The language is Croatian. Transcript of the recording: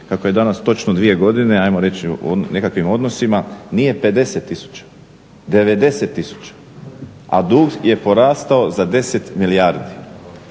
kako je danas točno dvije godine ajmo reći u nekakvim odnosima nije 50 tisuća, 90 tisuća a dug je porastao za 10 milijardi.